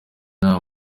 nta